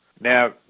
now